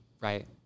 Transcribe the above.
Right